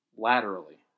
Laterally